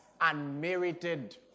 unmerited